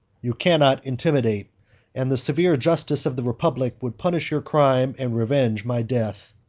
you cannot intimidate and the severe justice of the republic would punish your crime and revenge my death.